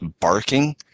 barking